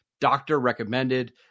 doctor-recommended